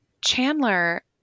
Chandler